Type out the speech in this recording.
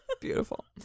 Beautiful